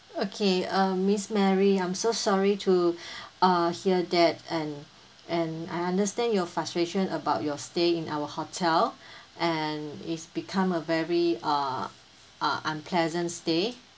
okay uh miss mary I'm so sorry to uh hear that and and I understand your frustration about your stay in our hotel and and it's become a very uh uh unpleasant stay